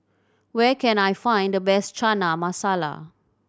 where can I find the best Chana Masala